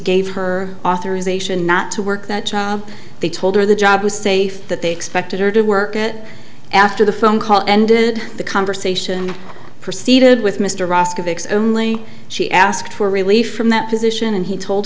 gave her authorization not to work that they told her the job was safe that they expected her to work at after the phone call ended the conversation proceeded with mr ross to fix only she asked for relief from that position and he told